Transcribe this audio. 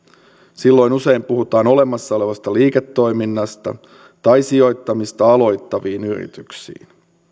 silloin usein puhutaan olemassa olevasta liiketoiminnasta tai sijoittamisesta aloittaviin yrityksiin